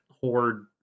horde